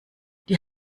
die